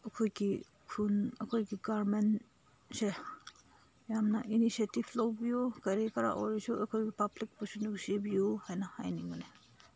ꯑꯩꯈꯣꯏꯒꯤ ꯈꯨꯟ ꯑꯩꯈꯣꯏꯒꯤ ꯒꯔꯃꯦꯟꯁꯦ ꯌꯥꯝꯅ ꯏꯅꯤꯁꯤꯌꯦꯇꯤꯞ ꯂꯧꯕꯤꯌꯨ ꯀꯔꯤ ꯀꯔꯥ ꯑꯣꯏꯔꯁꯨ ꯑꯩꯈꯣꯏꯒꯤ ꯄꯥꯕ꯭ꯂꯤꯛꯄꯨꯁꯨ ꯅꯨꯡꯁꯤꯕꯤꯌꯨ ꯍꯥꯏꯅ ꯍꯥꯏꯅꯤꯡꯕꯅꯦ